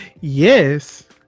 Yes